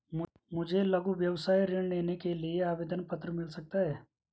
मुझे लघु व्यवसाय ऋण लेने के लिए आवेदन पत्र मिल सकता है?